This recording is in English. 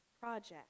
project